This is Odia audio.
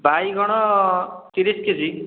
ବାଇଗଣ ତିରିଶ୍ କେଜି